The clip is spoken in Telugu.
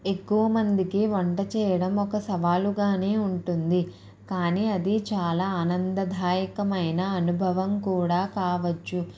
ఎక్కువ మందికి వంట చేయడం ఒక సవాలు గానే ఉంటుంది కానీ అది చాలా ఆనందదాయకమైన అనుభవం కూడా కావచ్చు